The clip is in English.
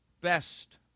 best